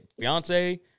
fiance